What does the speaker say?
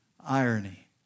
Irony